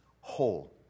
whole